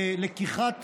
בלקיחת